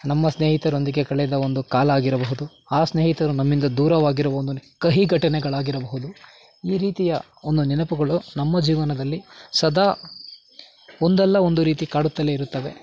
ನಮ್ಮ ಸ್ನೇಹಿತರೊಂದಿಗೆ ಕಳೆದ ಒಂದು ಕಾಲ ಆಗಿರಬಹುದು ಆ ಸ್ನೇಹಿತರು ನಮ್ಮಿಂದ ದೂರವಾಗಿರುವ ಒಂದು ಕಹಿ ಘಟನೆಗಳಾಗಿರಬಹುದು ಈ ರೀತಿಯ ಒಂದು ನೆನಪುಗಳು ನಮ್ಮ ಜೀವನದಲ್ಲಿ ಸದಾ ಒಂದಲ್ಲ ಒಂದು ರೀತಿ ಕಾಡುತ್ತಲೇ ಇರುತ್ತವೆ